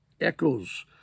echoes